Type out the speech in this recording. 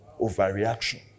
Overreaction